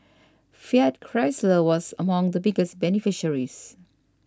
Fiat Chrysler was among the biggest beneficiaries